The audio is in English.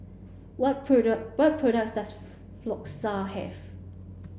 what product what products does Floxia have